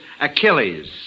Achilles